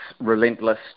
relentless